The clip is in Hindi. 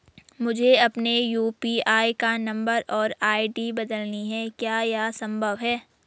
मुझे अपने यु.पी.आई का नम्बर और आई.डी बदलनी है क्या यह संभव है?